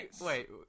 wait